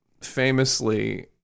famously